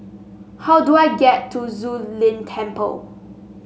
how do I get to Zu Lin Temple